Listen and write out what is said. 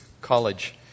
college